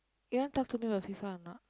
you want talk to me about FIFA or not